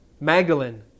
Magdalene